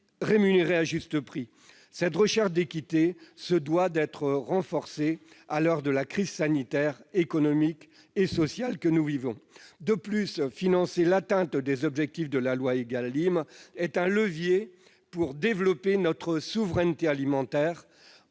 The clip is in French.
rémunérés à un prix juste. Cette recherche d'équité se doit d'être renforcée à l'heure de la crise sanitaire, économique et sociale que nous vivons. De plus, financer l'atteinte des objectifs de la loi Égalim est un levier pour développer notre souveraineté alimentaire,